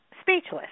speechless